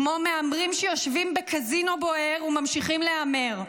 כמו מהמרים שיושבים בקזינו בוער וממשיכים להמר.